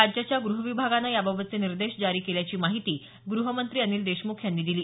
राज्याच्या गृहविभागानं याबाबतचे निर्देश जारी केल्याची माहिती गृहमंत्री अनिल देशमुख यांनी दिली